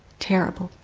terrible.